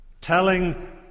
telling